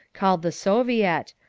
called the soviet,